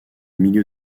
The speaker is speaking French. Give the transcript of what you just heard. milieu